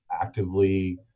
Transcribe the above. actively